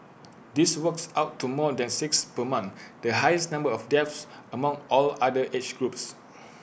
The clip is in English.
this works out to more than six per month the highest number of deaths among all other age groups